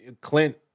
Clint